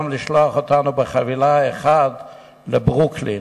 גם לשלוח אותנו בחבילה אחת לברוקלין,